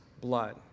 blood